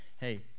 Hey